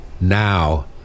now